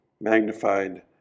magnified